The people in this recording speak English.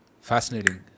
Fascinating